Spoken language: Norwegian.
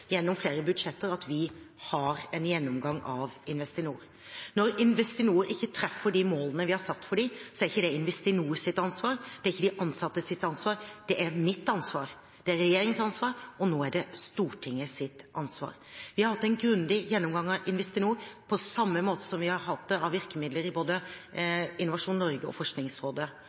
at vi har en gjennomgang av Investinor. Når Investinor ikke treffer de målene vi har satt for dem, er ikke det Investinors ansvar, det er ikke de ansattes ansvar – det er mitt ansvar, det er regjeringens ansvar, og nå er det Stortingets ansvar. Vi har hatt en grundig gjennomgang av Investinor, på samme måte som vi har hatt det av virkemidler i både Innovasjon Norge og Forskningsrådet,